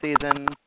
season